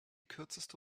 kürzeste